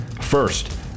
First